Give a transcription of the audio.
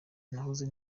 nahoze